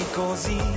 così